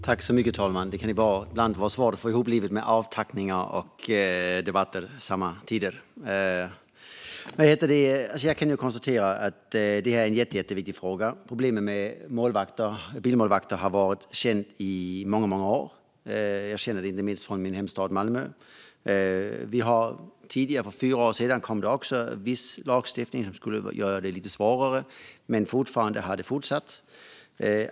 Fru talman! Jag konstaterar att det här är en jätteviktig fråga. Problemet med bilmålvakter har varit känt i många år; jag känner inte minst igen det från min hemstad Malmö. För fyra år sedan kom det viss lagstiftning som skulle göra det lite svårare, men det har fortsatt.